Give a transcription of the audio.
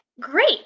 great